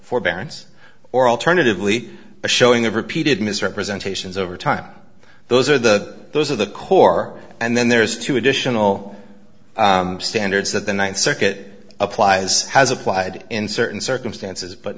forbearance or alternatively a showing of repeated misrepresentations over time those are the those are the core and then there's two additional standards that the ninth circuit applies has applied in certain circumstances but